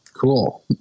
Cool